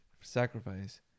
sacrifice